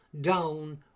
Down